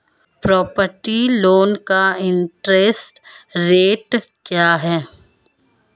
Property loan का interest rate क्या है?